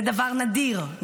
זה דבר נדיר,